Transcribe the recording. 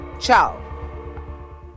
Ciao